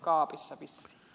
kaapissa vissiin